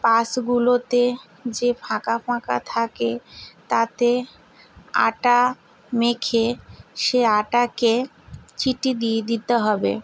পাশগুলোতে যে ফাঁকা ফাঁকা থাকে তাতে আটা মেখে সে আটাকে চিটি দিয়ে দিতে হবে